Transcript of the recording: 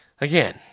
Again